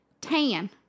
Tan